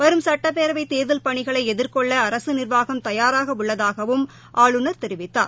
வரும் சட்டப்பேரவை தேர்தல் பணிகளை எதிர்கொள்ள அரசு நிர்வாகம் தயாராக உள்ளதாகவும் ஆளுநர் தெரிவித்தார்